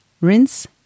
Rinse